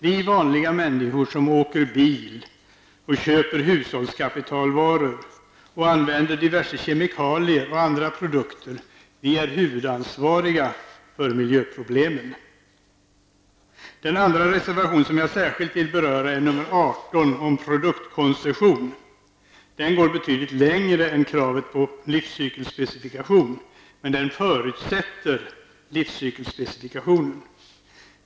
Vi vanliga människor som åker bil, köper hushållskapitalvaror och använder diverse kemikalier och andra produkter är huvudansvariga för miljöproblemen. Den andra reservation som jag särskilt vill beröra är nr 18, om produktkoncession. Den går betydligt längre än kravet på livscykelspecifikation, men den förutsätter livscykelspecifikationen.